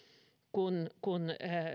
kun kun